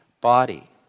body